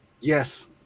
Yes